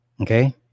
Okay